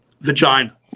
vagina